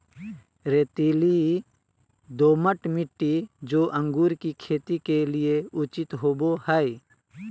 रेतीली, दोमट मिट्टी, जो अंगूर की खेती के लिए उचित होवो हइ